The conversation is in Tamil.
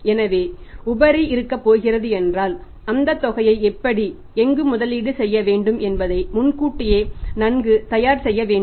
எனவே உபரி இருக்கப் போகிறது என்றால் அந்தத் தொகையை எப்படி எங்கு முதலீடு செய்ய வேண்டும் என்பதை முன்கூட்டியே நன்கு தயார் செய்ய வேண்டும்